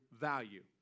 value